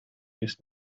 ist